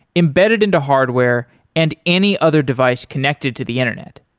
embedded into hardware and any other device connected to the internet.